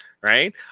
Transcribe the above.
right